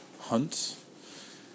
hunt